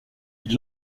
ils